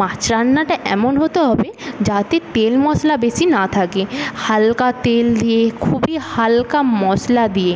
মাছ রান্নাটা এমন হতে হবে যাতে তেল মশলা বেশী না থাকে হালকা তেল দিয়ে খুবই হালকা মশলা দিয়ে